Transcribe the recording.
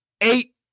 eight